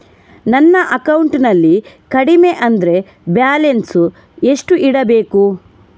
ನನ್ನ ಅಕೌಂಟಿನಲ್ಲಿ ಕಡಿಮೆ ಅಂದ್ರೆ ಬ್ಯಾಲೆನ್ಸ್ ಎಷ್ಟು ಇಡಬೇಕು?